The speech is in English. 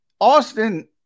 Austin